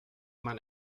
man